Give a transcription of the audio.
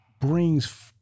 brings